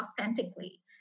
authentically